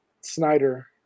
Snyder